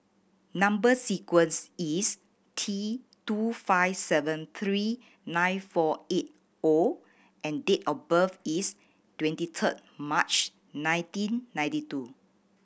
number sequence is T two five seven three nine four eight O and date of birth is twenty third March nineteen ninety two